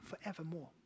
forevermore